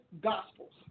gospels